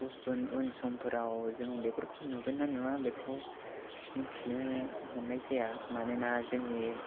गुबुन उन समफोराव जों बेफोरखौ नुगोन ना नुवा बेखौ मिथिनो मोननाय जाया मानोना जोंनि